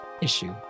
issue